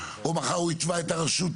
או מחר הוא יתבע אתכם.